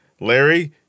Larry